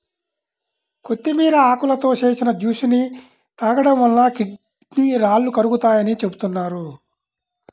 కొత్తిమీర ఆకులతో చేసిన జ్యూస్ ని తాగడం వలన కిడ్నీ రాళ్లు కరుగుతాయని చెబుతున్నారు